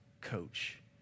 coach